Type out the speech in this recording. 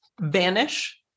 vanish